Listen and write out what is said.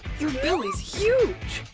your belly's huge!